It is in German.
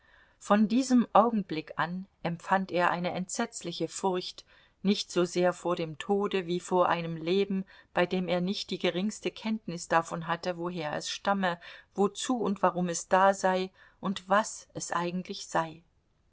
von diesem augenblick an empfand er eine entsetzliche furcht nicht so sehr vor dem tode wie vor einem leben bei dem er nicht die geringste kenntnis davon hatte woher es stamme wozu und warum es da sei und was es eigentlich sei